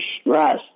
stress